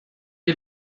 you